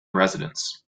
residents